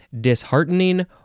disheartening